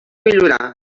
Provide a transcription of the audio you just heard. millorar